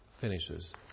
finishes